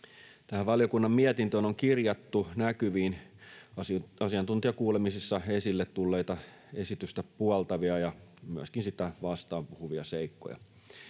Tähän valiokunnan mietintöön on kirjattu näkyviin asiantuntijakuulemisissa esille tulleita esitystä puoltavia ja myöskin sitä vastaan puhuvia seikkoja.